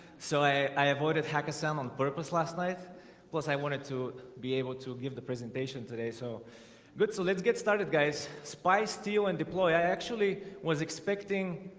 so i i have ordered hackathon on purpose last night plus i wanted to be able to give the presentation today so good so let's get started guys spy steal and deploy actually was expecting